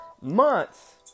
months